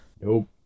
Nope